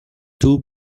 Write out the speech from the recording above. two